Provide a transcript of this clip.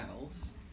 else